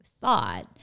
thought